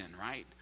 right